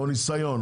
או ניסיון,